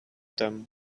them